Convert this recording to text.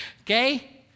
Okay